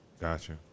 Gotcha